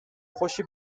خوشی